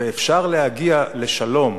ואפשר להגיע לשלום,